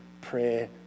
prayer